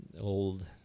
old